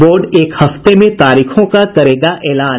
board एक हफ्ते में तारीखों का करेगा एलान